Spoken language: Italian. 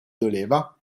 doleva